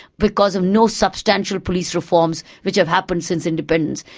because of no substantial police reforms, which have happened since independence.